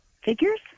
figures